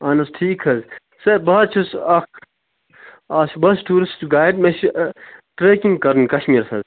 اَہَن حظ ٹھیٖک حظ سر بہٕ حظ چھُس اَکھ اَچھا بہٕ چھُس ٹیٛوٗرِسٹہٕ گایڈ مےٚ چھُ ٹرٛیکِنٛگ کَرٕنۍ کشمیٖر حظ